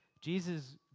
Jesus